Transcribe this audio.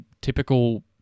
typical